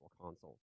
console